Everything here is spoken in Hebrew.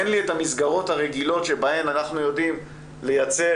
אין לי את המסגרות הרגילות שבהן אנחנו יודעים לייצר